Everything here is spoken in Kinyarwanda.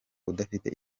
udafite